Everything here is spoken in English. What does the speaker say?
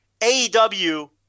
AEW